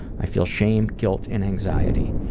i feel shame, guilt, and anxiety.